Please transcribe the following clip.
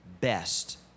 best